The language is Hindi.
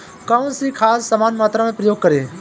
कौन सी खाद समान मात्रा में प्रयोग करें?